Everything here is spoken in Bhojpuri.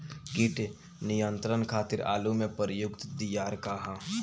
कीट नियंत्रण खातिर आलू में प्रयुक्त दियार का ह?